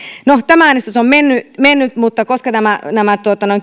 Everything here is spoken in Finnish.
no tämä äänestys on mennyt mennyt mutta koska nämä nämä